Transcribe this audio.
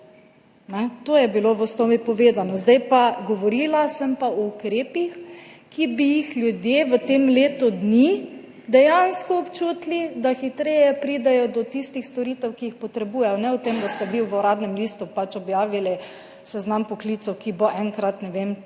To je bilo v osnovi povedano. Govorila sem pa o ukrepih, ki bi jih ljudje v tem letu dni dejansko občutili, da hitreje pridejo do tistih storitev, ki jih potrebujejo, ne o tem, da ste vi v Uradnem listu pač objavili seznam poklicev, ki bo enkrat, ne vem,